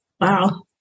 Wow